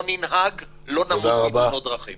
לא ננהג לא נמות מתאונות דרכים...